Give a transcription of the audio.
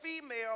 female